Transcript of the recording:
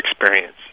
experience